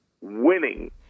winning